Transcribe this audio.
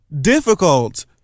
difficult